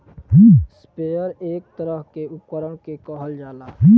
sprayer एक तरह के उपकरण के कहल जाला